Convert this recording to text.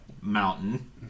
mountain